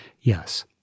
Yes